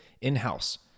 in-house